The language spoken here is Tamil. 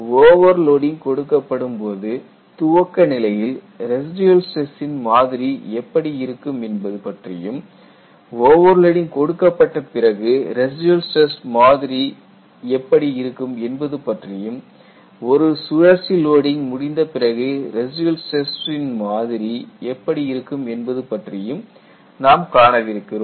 ஓவர்லோடிங் கொடுக்கப்படும் போது துவக்க நிலையில் ரெசிடியல் ஸ்டிரஸ் சின் மாதிரி எப்படி இருக்கும் என்பது பற்றியும் ஓவர்லோடிங் கொடுக்கப்பட்ட பிறகு ரெசிடியல் ஸ்டிரஸ் சின் மாதிரி எப்படி இருக்கும் என்பது பற்றியும் ஒரு சுழற்சி லோடிங் முடிந்த பிறகு ரெசிடியல் ஸ்டிரஸ் சின் மாதிரி எப்படி இருக்கும் என்பது பற்றியும் நாம் காணவிருக்கிறோம்